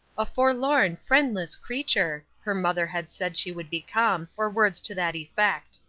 a forlorn friendless creature, her mother had said she would become, or words to that effect.